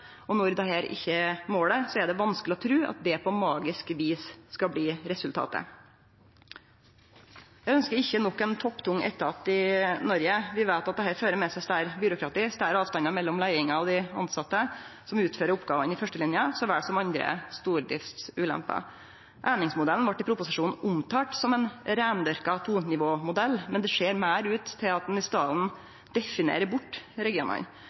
Når dette ikkje er målet, er det vanskeleg å tru at det på magisk vis skal bli resultatet. Eg ønskjer ikkje nok ein topptung etat i Noreg. Vi veit at dette fører med seg større byråkrati og større avstand mellom leiinga og dei tilsette som utfører oppgåvene i førstelina, så vel som andre stordriftsulemper. Einingsmodellen vart i proposisjonen omtalt som ein reindyrka tonivåmodell, men det ser meir ut til at ein i staden definerer bort regionane.